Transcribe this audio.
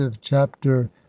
chapter